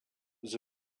the